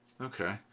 okay